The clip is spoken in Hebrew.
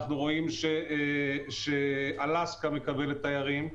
אנחנו רואים שאלסקה מקבלת תיירים,